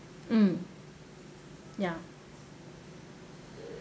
mm ya